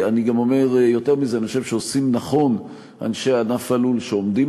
אני גם אומר יותר מזה: אני חושב שעושים נכון אנשי ענף הלול שעומדים